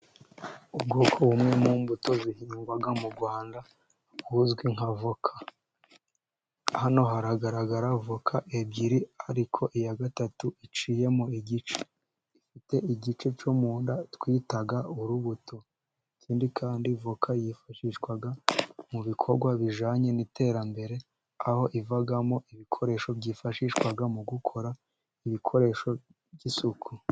Ubwoko bumwe mu mbuto zihingwaga mu rwanda buzwi nka voka hano haragaragara voka ebyiri ariko iya gatatu iciyemo igice ifite igice cyo mu nda twitaga urubuto ikindi kandi ivoka yifashishwaga mu bikorwa bijyanye n'iterambere aho ivagamo ibikoresho byifashishwaga mu gukora ibikoresho by'isuku.